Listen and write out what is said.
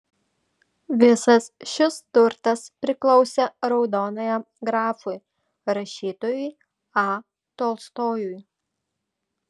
visas šis turtas priklausė raudonajam grafui rašytojui a tolstojui